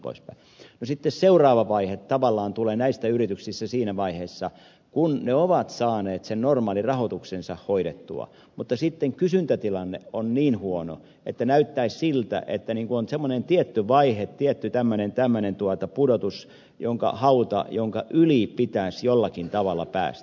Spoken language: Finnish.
sitten tavallaan seuraava vaihe tulee näissä yrityksissä siinä vaiheessa kun ne ovat saaneet sen normaalirahoituksensa hoidettua mutta sitten kysyntätilanne on niin huono että näyttäisi siltä että on semmoinen tietty vaihe tietty tämmöinen pudotus hauta jonka yli pitäisi jollakin tavalla päästä